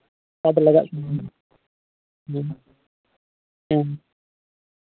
ᱞᱟᱜᱟᱜ ᱠᱟᱱᱟ ᱦᱮᱸ ᱦᱮᱸ